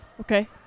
Okay